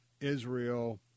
Israel